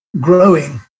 growing